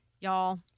Y'all